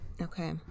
Okay